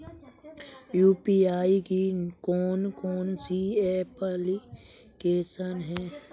UPI की कौन कौन सी एप्लिकेशन हैं?